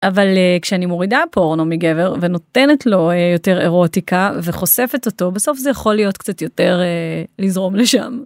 אבל כשאני מורידה פורנו מגבר, ונותנת לו יותר אירוטיקה, וחושפת אותו, בסוף זה יכול להיות קצת יותר לזרום לשם.